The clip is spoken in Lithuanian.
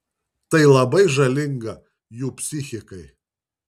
tai labai žalinga jų psichikai